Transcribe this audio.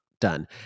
done